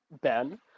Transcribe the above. Ben